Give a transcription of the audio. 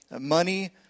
money